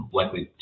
likely